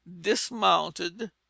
dismounted